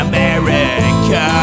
America